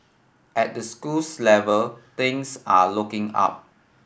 at the schools level things are looking up